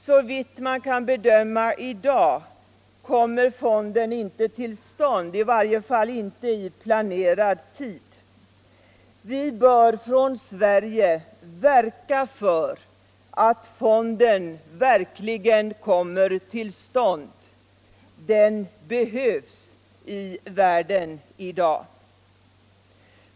Såvitt man kan bedöma i dag kommer fonden inte till stånd, i varje fall inte i planerad tid. Vi bör från Sverige verka för att fonden verkligen kommer till stånd. Den behövs i världen i dag.